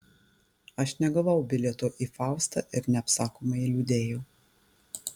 aš negavau bilieto į faustą ir neapsakomai liūdėjau